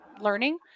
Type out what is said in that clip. Learning